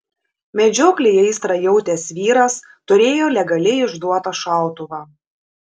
medžioklei aistrą jautęs vyras turėjo legaliai išduotą šautuvą